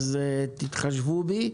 אז תתחשבו בי.